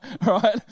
right